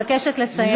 אני מבקשת לסיים.